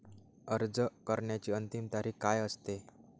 अर्ज करण्याची अंतिम तारीख काय असते?